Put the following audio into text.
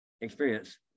experience